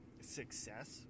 success